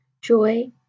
joy